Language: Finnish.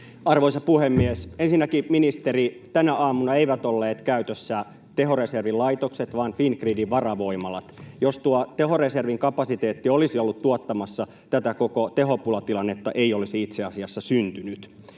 Arvoisa puhemies! Ensinnäkin, ministeri, tänä aamuna eivät olleet käytössä tehoreservilaitokset vaan Fingridin varavoimalat. Jos tuo tehoreservin kapasiteetti olisi ollut tuottamassa, tätä koko tehopulatilannetta ei olisi itse asiassa syntynyt.